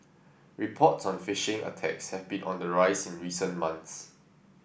reports on phishing attacks have been on the rise in recent months